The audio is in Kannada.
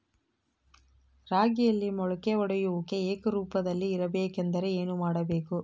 ರಾಗಿಯಲ್ಲಿ ಮೊಳಕೆ ಒಡೆಯುವಿಕೆ ಏಕರೂಪದಲ್ಲಿ ಇರಬೇಕೆಂದರೆ ಏನು ಮಾಡಬೇಕು?